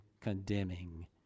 condemning